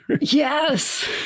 Yes